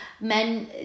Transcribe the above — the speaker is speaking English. men